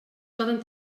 poden